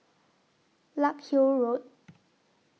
Larkhill Road